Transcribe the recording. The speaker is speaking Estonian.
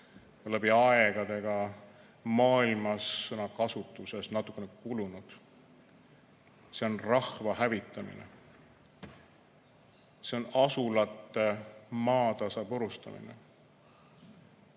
läbi aegade maailma sõnakasutuses natuke kulunud. See on rahva hävitamine, see on asulate maatasa purustamine.